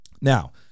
Now